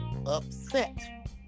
upset